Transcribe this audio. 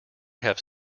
have